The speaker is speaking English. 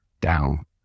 down